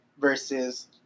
versus